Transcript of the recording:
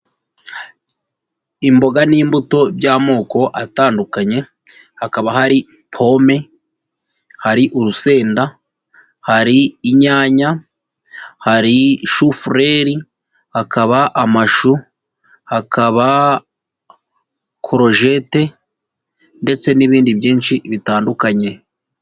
Imboga n'imbuto by'amoko atandukanye, hakaba hari pome, hari urusenda, hari inyanya, hari shufureri, hakaba amashu, hakaba kurujeti ndetse n'ibindi byinshi bitandukanye.